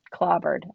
clobbered